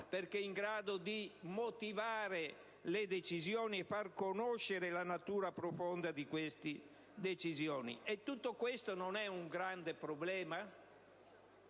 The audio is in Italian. perché in grado di motivare le decisioni e farne conoscere la natura profonda. Tutto questo non è un grande problema?